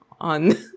on